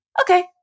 Okay